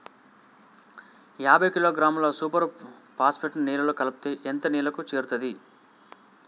యాభై కిలోగ్రాముల super phosphate నేలలో కలిపితే ఎంత నేలకు చేరుతది?